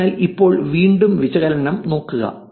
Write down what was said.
അതിനാൽ ഇപ്പോൾ വീണ്ടും വിശകലനം നോക്കുക